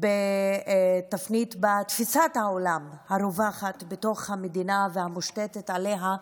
שגם תפנית בתפיסת העולם הרווחת בתוך המדינה והמושתתת בה,